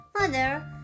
Mother